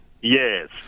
Yes